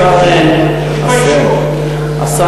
תתביישו לכם.